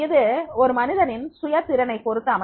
இது ஒரு மனிதரின் சுய திறனை பொருத்து அமையும்